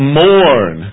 mourn